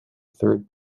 third